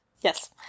yes